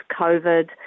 COVID